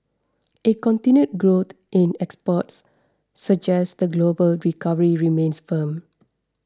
a continued growth in exports suggest the global recovery remains firm